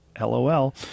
LOL